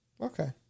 Okay